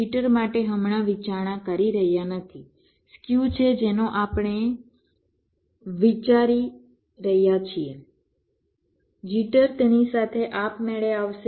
jitter માટે હમણાં વિચારણા કરી રહ્યા નથી સ્ક્યુ છે જેનો આપણે વિચારી રહ્યા છીએ જિટર તેની સાથે આપમેળે આવશે